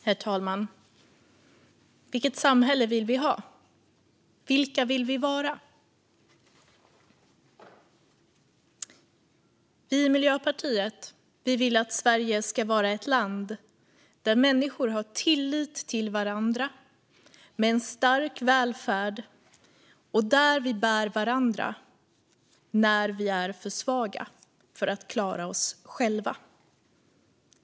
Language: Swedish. Herr talman! Vilket samhälle vill vi ha? Vilka vill vi vara? Vi i Miljöpartiet vill att Sverige ska vara ett land där människor har tillit till varandra med en stark välfärd där vi bär varandra när vi är för svaga för att klara oss själva.